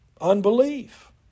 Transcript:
Unbelief